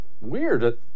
Weird